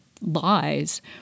lies